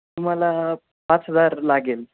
तुम्हाला पाच हजार लागेल